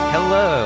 Hello